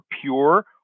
pure